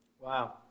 Wow